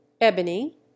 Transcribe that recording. ebony